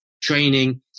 training